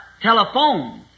telephone